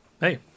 Hey